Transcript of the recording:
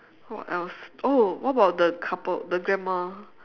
what else oh what about the couple the grandma